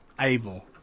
able